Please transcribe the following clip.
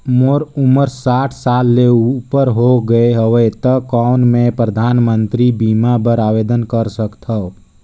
मोर उमर साठ साल ले उपर हो गे हवय त कौन मैं परधानमंतरी बीमा बर आवेदन कर सकथव?